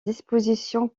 dispositions